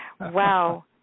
Wow